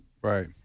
Right